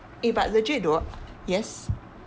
eh but legit though yes